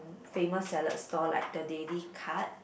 famous salad store like the Daily Cut